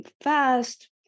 fast